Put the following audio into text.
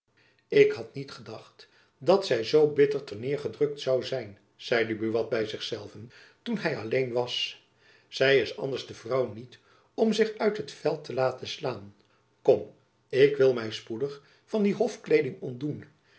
ik had niet gedacht dat zy zoo bitter ter neêr gedrukt zoû zijn zeide buat by zich zelven toen hy alleen was zij is anders de vrouw niet om zich uit het veld te laten slaan kom ik wil my spoedig van die hofkleeding ontdoen